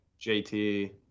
JT